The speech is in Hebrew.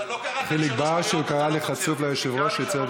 אתה לא קראת אותי שלוש קריאות.